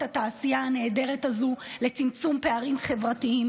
התעשייה הנהדרת הזו לצמצום פערים חברתיים,